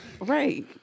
right